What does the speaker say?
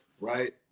right